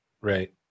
Right